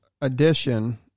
edition